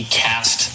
cast